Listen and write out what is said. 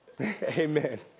Amen